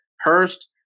Hurst